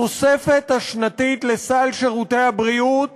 התוספת השנתית לסל שירותי הבריאות